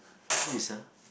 what risk ah